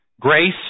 Grace